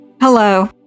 Hello